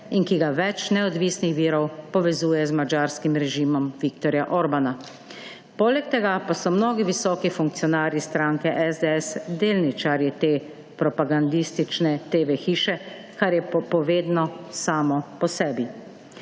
in ki ga več neodvisnih virov povezuje z madžarskim režimom Viktorja Orbána. Poleg tega pa so mnogi visoki funkcionarji stranke SDS delničarji te propagandistične TV hiše, kar je povedno samo po sebi.